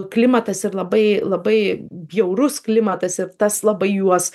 klimatas ir labai labai bjaurus klimatas ir tas labai juos